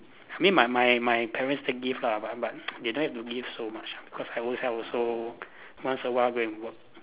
I mean my my my parents did give ah but but they don't need to give so much ah cause I own self also once a while go and work